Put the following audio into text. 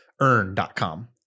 earn.com